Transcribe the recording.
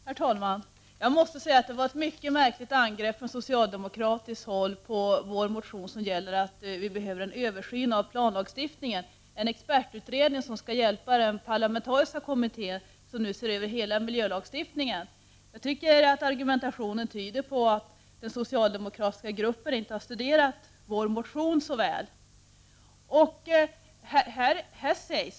Herr talman! Från socialdemokratiskt håll har det gjorts ett mycket märkligt angrepp på vår motion, som gäller att vi behöver en översyn av planlagstiftningen. Vi behöver en expertutredning som skall kunna hjälpa den parlamentariska kommitté som nu ser över hela miljölagstiftningen. Jag tycker att argumentationen tyder på att den socialdemokratiska gruppen inte har studerat vår motion så väl.